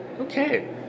Okay